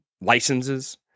licenses